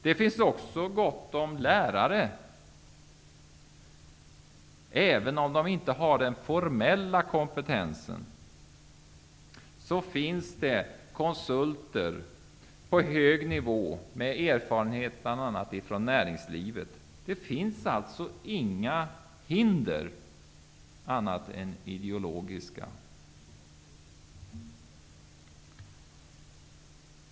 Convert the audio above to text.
Det finns också gott om lärare -- även om de inte har den formella kompetensen, så finns det konsulter på hög nivå med erfarenhet bl.a. från näringslivet. Det finns alltså inga hinder annat än ideologiska.